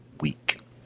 week